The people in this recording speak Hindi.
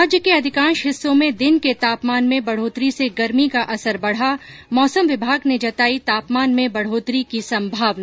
राज्य के अधिकांश हिस्सों में दिन के तापमान में बढोतरी से गर्मी का असर बढा मौसम विभाग ने जताई तापमान में और बढोतरी की संभावना